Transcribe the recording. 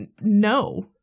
no